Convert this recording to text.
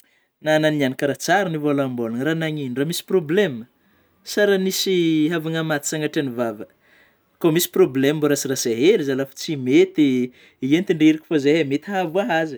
Anahy niany kara tsy ary novolambôlgna fa nagnino ndrô misy problema, sa raha nisy havana maty sagnatria ny vava; kô misy problème mbô rasarasa hely zalahy fa tsy mety entindrery koa fa zahay mety ahavoa azy.